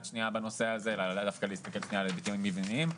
בנושא הזה ודווקא להסתכל על היבטים מבניים,